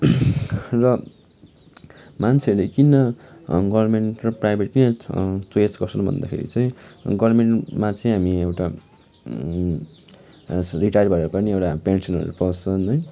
र मान्छेहरूले किन गर्मेन्ट र प्राइभेट किन चोइस् गर्छन् भन्दाखेरि चाहिँ गर्मेन्टमा चाहिँ हामी एउटा रिटायर भएर पनि एउटा पेन्सनहरू पाउँछन् है